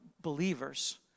believers